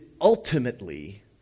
ultimately